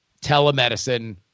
Telemedicine